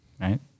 Right